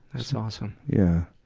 that's awesome. yeah.